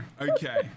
Okay